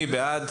מי בעד?